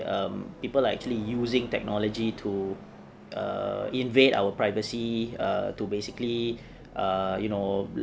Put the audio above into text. um people are actually using technology to err invade our privacy err to basically err you know